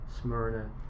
Smyrna